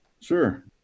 Sure